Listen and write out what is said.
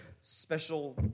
special